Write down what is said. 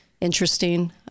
interesting